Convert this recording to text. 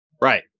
Right